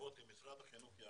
שאנחנו נהיה בתוך אותה מפה.